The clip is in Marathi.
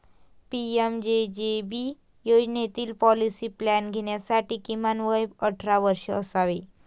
पी.एम.जे.जे.बी योजनेतील पॉलिसी प्लॅन घेण्यासाठी किमान वय अठरा वर्षे असावे